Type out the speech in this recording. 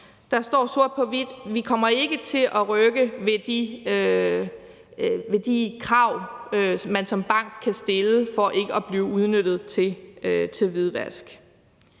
Der står sort på hvidt, at vi ikke kommer til at rykke ved de krav, man som bank kan stille for ikke at blive udnyttet til hvidvask.